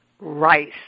rice